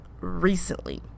recently